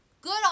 Good